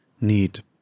Need